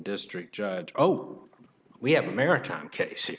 district judge oh we have a maritime case